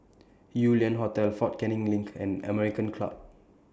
Yew Lian Hotel Fort Canning LINK and American Club